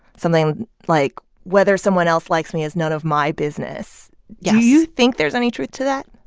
something like, whether someone else likes me is none of my business yes do you think there's any truth to that?